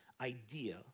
idea